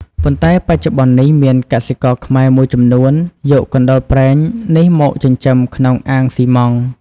ប៉ុន្តែបច្ចុប្បន្ននេះ មានកសិករខ្មែរមួយចំនួន យកកណ្តុរព្រែងនេះមកចិញ្ចឹមក្នុងអាងសុីម៉ង់។